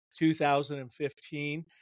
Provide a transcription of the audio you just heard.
2015